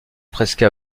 presque